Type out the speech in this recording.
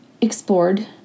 explored